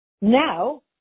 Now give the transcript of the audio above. Now